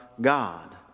God